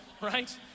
right